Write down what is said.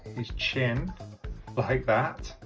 his chin like that